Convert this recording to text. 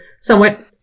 somewhat